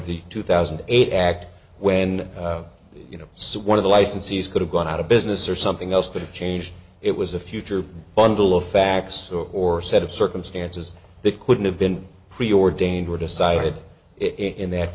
the two thousand and eight act when you know so one of the licensees could have gone out of business or something else but changed it was a future bundle of facts or set of circumstances that couldn't have been preordained or decided in that